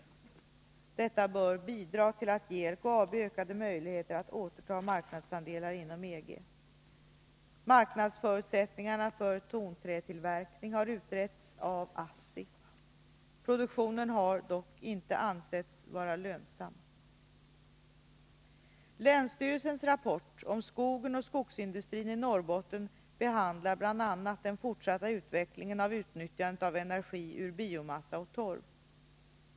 Detta bör bidra till att ge LKAB ökade möjligheter att återta marknadsandelar inom EG. Marknadsförutsättningarna för tonträtillverkning har utretts av ASSI. Produktion har dock inte ansetts vara lönsam. Länsstyrelsens rapport om skogen och skogsindustrin i Norrbotten behandlar bl.a. den fortsatta utvecklingen av utnyttjandet av energi ur biomassa och torv.